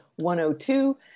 102